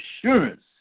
assurance